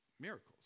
miracles